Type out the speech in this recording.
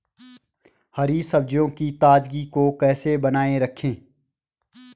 हरी सब्जियों की ताजगी को कैसे बनाये रखें?